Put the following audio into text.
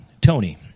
Tony